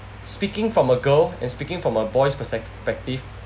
speaking from a girl and speaking from a boys